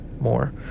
more